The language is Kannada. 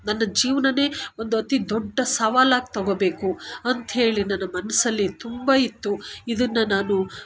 ನನ್ನ ಜೀವನ ಒಂದು ಅತಿ ದೊಡ್ಡ ಸವಾಲಾಗಿ ತೊಗೋಬೇಕು ಅಂತ್ಹೇಳಿ ನನ್ನ ಮನಸಲ್ಲಿ ತುಂಬ ಇತ್ತು ಇದನ್ನ ನಾನು